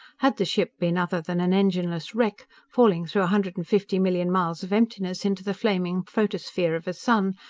had the ship been other than an engineless wreck, falling through a hundred and fifty million miles of emptiness into the flaming photosphere of a sun,